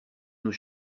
nous